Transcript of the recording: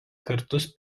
kartus